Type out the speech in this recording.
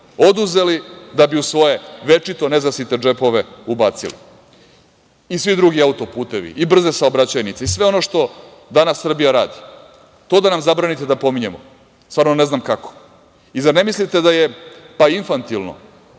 Oduzeli da bi u svoje večito nezasite džepove ubacili. I svi drugi auto-putevi, i brze saobraćajnice i sve ono što danas Srbija. To da nam zabranite da pominjemo, stvarno ne znam kako? Zar ne mislite da je infantilno